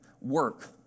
work